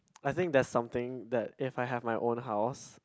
I think that's something that if I have my own house